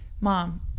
Mom